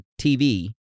TV